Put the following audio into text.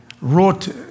wrote